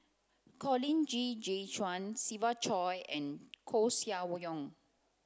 Colin Qi Zhe Quan Siva Choy and Koeh Sia Yong